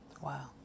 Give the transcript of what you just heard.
Wow